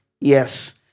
Yes